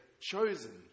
chosen